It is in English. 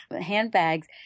handbags